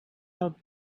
out